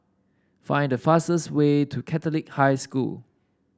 find the fastest way to Catholic High School